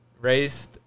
raised